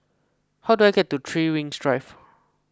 how do I get to three Rings Drive